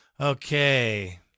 Okay